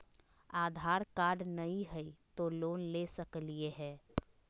आधार card नही हय, तो लोन ले सकलिये है?